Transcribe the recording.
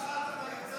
אתה פעם אחת.